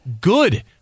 Good